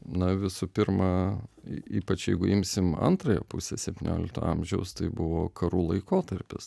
na visų pirma ypač jeigu imsim antrąją pusę septynioliktojo amžiaus tai buvo karų laikotarpis